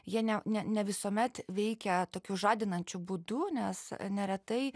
jie ne ne ne visuomet veikia tokiu žadinančiu būdu nes neretai